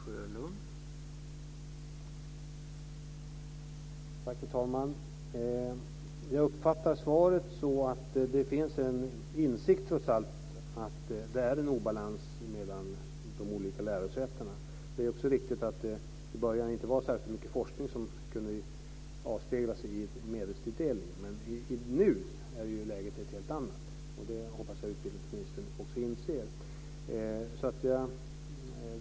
Herr talman! Jag uppfattar svaret så att det trots allt finns en insikt om att det är en obalans mellan de olika lärosätena. Det är också riktigt att det i början inte var särskilt mycket forskning som kunde avspeglas i medelstilldelningen. Nu är läget ett helt annat, det hoppas jag att utbildningsministern också inser.